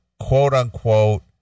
quote-unquote